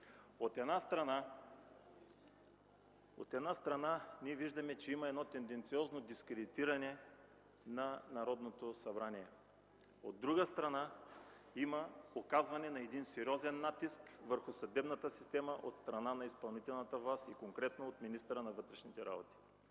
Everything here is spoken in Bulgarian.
От една страна, ние виждаме, че има едно тенденциозно дискредитиране на Народното събрание. От друга страна, има оказване на един сериозен натиск върху съдебната система от страна на изпълнителната власт и конкретно от министъра на вътрешните работи.